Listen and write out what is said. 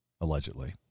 allegedly